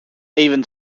even